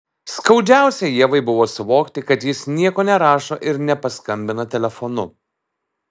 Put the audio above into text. skaudžiausia ievai buvo suvokti kad jis nieko nerašo ir nepaskambina telefonu